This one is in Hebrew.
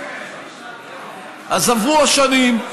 אז עברו השנים,